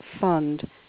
Fund